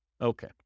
Okay